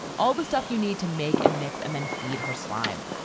all the stuff you need to make and mix and then feed her slime.